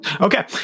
Okay